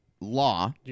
law